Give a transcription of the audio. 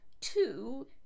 two